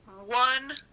one